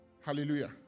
Hallelujah